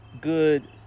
good